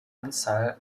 anzahl